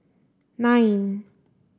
nine